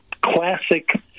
classic